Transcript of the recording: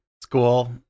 school